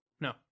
No